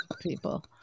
people